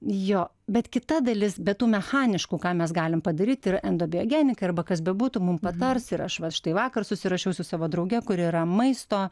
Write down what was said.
jo bet kita dalis be tų mechaniškų ką mes galim padaryt yra endobiogenika kas bebūtų mum patars ir aš vat štai vakar susirašiau su savo drauge kuri yra maisto